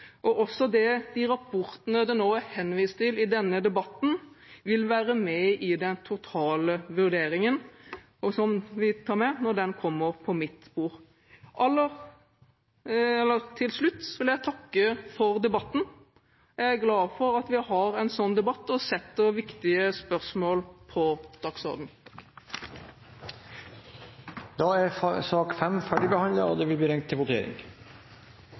de rapportene det nå er henvist til i denne debatten, vil være med i den totale vurderingen, som vi tar med, når den kommer på mitt bord. Til slutt vil jeg takke for debatten. Jeg er glad for at vi har en sånn debatt og setter viktige spørsmål på dagsordenen. Da er vi klare til å gå til votering. Presidenten vil